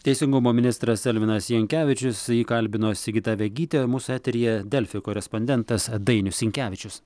teisingumo ministras elvinas jankevičius jį kalbino sigita vegytė mūsų eteryje delfi korespondentas dainius sinkevičius